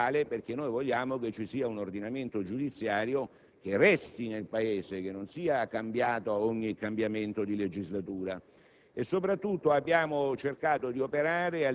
in un clima che non sia di scontro frontale, perché noi vogliamo che ci sia un ordinamento giudiziario che resti nel Paese, che non sia modificato ad ogni nuova legislatura,